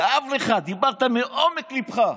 כאב לך, דיברת מעומק לבך.